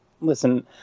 listen